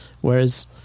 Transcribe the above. Whereas